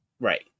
Right